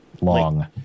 long